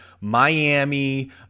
Miami